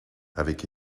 avec